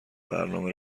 برنامه